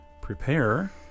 Prepare